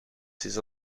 ces